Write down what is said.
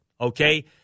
Okay